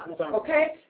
okay